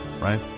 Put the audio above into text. right